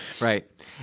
Right